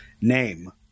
name